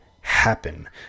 happen